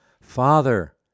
Father